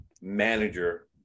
manager